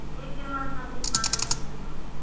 रेडियोमा सङ्गीत बजाइदिनुहोस्